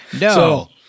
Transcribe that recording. no